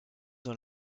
dans